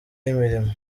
y’imirimo